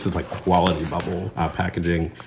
like, quality bubble packaging.